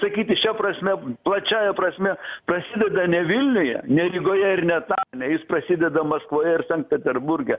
sakyti šia prasme plačiąja prasme prasideda ne vilniuje ne rygoje ir ne taline jis prasideda maskvoje ir sankt peterburge